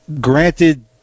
granted